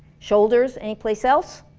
shoulders, any place else?